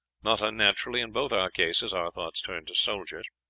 not unnaturally in both our cases our thoughts turned to soldiers.